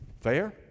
Fair